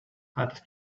had